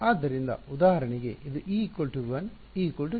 ಆದ್ದರಿಂದ ಉದಾಹರಣೆಗೆ ಇದು e 1 e 2